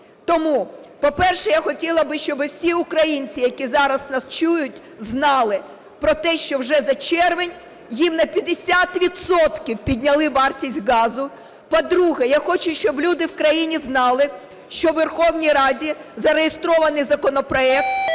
Тому, по-перше, я хотіла би, щоб всі українці, які зараз нас чують знали, про те, що вже за червень їм на 50 відсотків підняли вартість газу. По-друге, я хочу, щоб люди в країні знали, що у Верховній Раді зареєстрований законопроект,